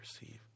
receive